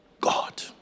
God